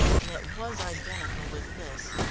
and it was identical with this.